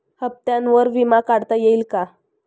हप्त्यांवर विमा काढता येईल का?